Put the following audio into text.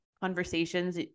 conversations